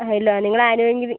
ഹാ ഇല്ല നിങ്ങളാരുമെങ്കിൽ